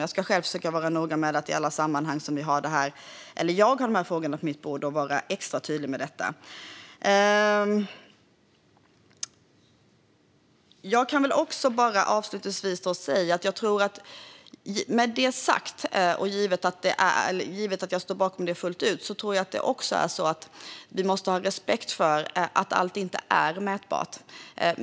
Jag ska själv försöka vara noga med att i alla sammanhang där jag har dessa frågor på mitt bord vara extra tydlig med detta. Med detta sagt - och jag står bakom det fullt ut - tror jag att vi också måste ha respekt för att allt inte är mätbart.